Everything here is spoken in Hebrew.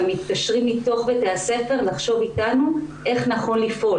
מתקשרים מתוך בתי הספר לחשוב אתנו איך נכון לפעול,